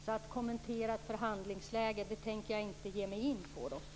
Jag tänker inte ge mig in på att kommentera ett förhandlingsläge.